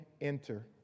Enter